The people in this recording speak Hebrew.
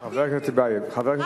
חבר הכנסת טיבייב,